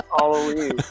Halloween